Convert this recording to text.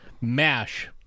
MASH